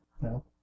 No